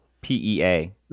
p-e-a